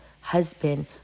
husband